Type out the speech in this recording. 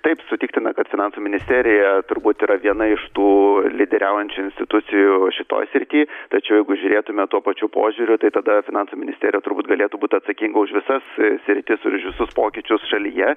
taip sutiktume kad finansų ministerija turbūt yra viena iš tų lyderiaujančių institucijų šitoj srity tačiau jeigu žiūrėtu me tuo pačiu požiūriu tai tada finansų ministerija turbūt galėtų būti atsakinga už visas sritis už visus pokyčius šalyje